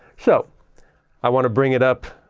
so i want to bring it up,